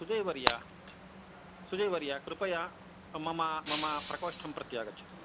सुजयवर्य सुजयवर्य कृपया मम मम प्रकोष्ठं प्रति आगच्छतु